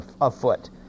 afoot